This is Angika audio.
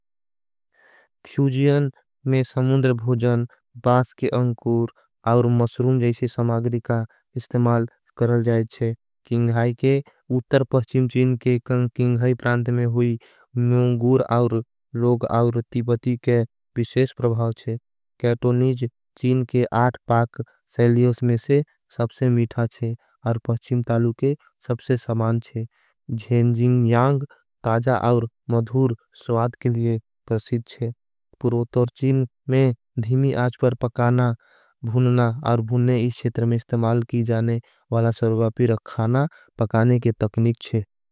फ्यूजियन में समुद्र भोजन बास के अंकूर और मशुरूम। जैसी समागरी का इस्तेमाल करल जाएच्छे किंगहाई के। उतर पहचीम चीन के कंकिंगहाई प्रांत में होई म्योंगूर। और लोग और तीबती के विशेश प्रभाव छे कैटो नीज। चीन के आठ पाक सेलियोस में से सबसे मिठा चे और। पहचीम तालू के सबसे समान च जेन जिंग यांग। ताजा और मधूर स्वाद के लिए प्रसीद चे।